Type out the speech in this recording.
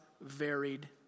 varied